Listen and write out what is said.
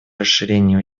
расширение